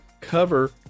cover